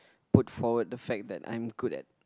put forward the fact that I'm good at